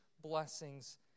blessings